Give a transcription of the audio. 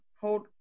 Hold